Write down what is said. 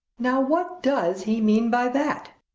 now what does he mean by that?